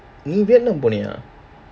in vietnam போனியா:poaniya